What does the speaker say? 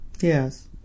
yes